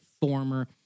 former